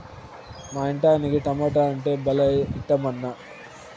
మా ఇంటాయనకి టమోటా అంటే భలే ఇట్టమన్నా